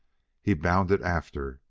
he bounded after,